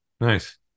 Nice